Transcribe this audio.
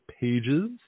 pages